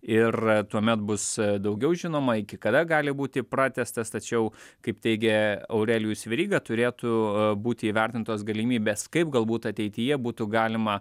ir tuomet bus daugiau žinoma iki kada gali būti pratęstas tačiau kaip teigė aurelijus veryga turėtų būti įvertintos galimybės kaip galbūt ateityje būtų galima